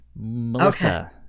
Melissa